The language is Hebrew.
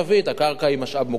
הקרקע היא משאב מוגבל,